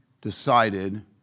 decided